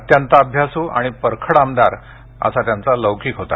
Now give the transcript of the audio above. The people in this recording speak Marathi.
अत्यंत अभ्यासू आणि परखड आमदार म्हणून त्यांचा लौकिक होता